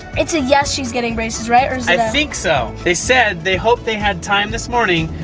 its a yes she's getting braces right? i think so. they said they hope they have time this morning.